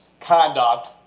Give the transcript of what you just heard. conduct